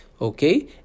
okay